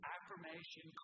Affirmation